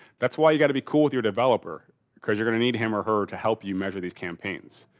that's why you got to be cool with your developer because you're gonna need him or her to help you measure these campaigns.